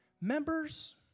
Members